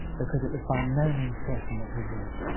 because it was by no means certain that we would,